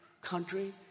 country